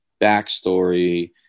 backstory